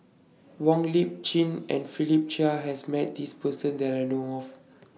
Wong Lip Chin and Philip Chia has Met This Person that I know of